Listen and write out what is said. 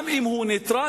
גם אם הוא נייטרלי,